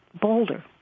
bolder